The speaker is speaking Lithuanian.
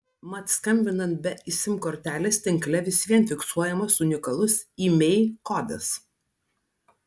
mat skambinant be sim kortelės tinkle vis vien fiksuojamas unikalus imei kodas